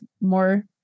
more